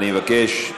אני מבקש,